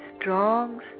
strong